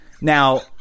Now